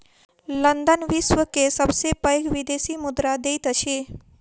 London विश्व के सबसे पैघ विदेशी मुद्रा सेवा दैत अछि